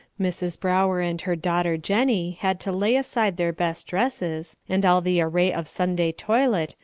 mrs. brower and her daughter jenny had to lay aside their best dresses, and all the array of sunday toilet,